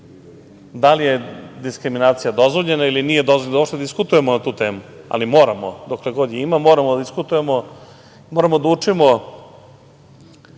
da li je diskriminacija dozvoljena ili nije dozvoljena, da uopšte diskutujemo na tu temu, ali moramo dokle god je ima, moramo da diskutujemo. Moramo da učimo